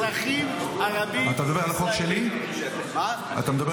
אתה מדבר על החוק שלי?